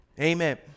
Amen